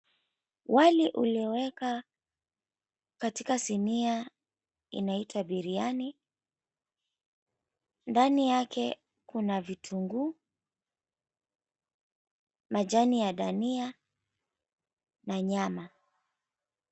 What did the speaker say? Wali uliowekwa katika sinia inaitwa biriani. Ndani yake kuna vitunguu, majani ya dania na nyama.